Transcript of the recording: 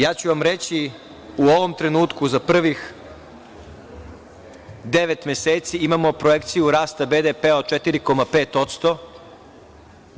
Ja ću vam reći, u ovom trenutku, za prvih devet meseci imamo projekciju rasta BDP od 4,5%